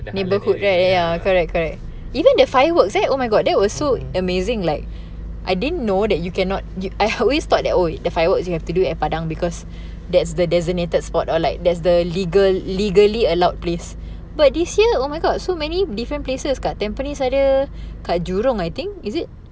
neighborhood right ya correct correct even the fireworks seh oh my god that was so amazing like I didn't know that you cannot you I always thought that oh the fireworks you have to do at padang because that's the designated spot or like that's the legal legally allowed place but this year oh my god so many different places kat tampines ada kat jurong I think is it